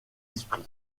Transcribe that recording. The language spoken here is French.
esprit